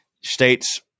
state's